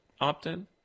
opt-in